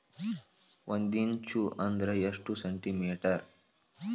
ಒಂದಿಂಚು ಅಂದ್ರ ಎಷ್ಟು ಸೆಂಟಿಮೇಟರ್?